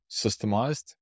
systemized